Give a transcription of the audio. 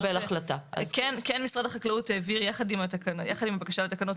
כן משרד החקלאות העביר יחד עם הבקשה לתקנות,